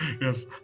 yes